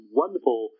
wonderful